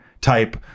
type